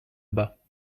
bas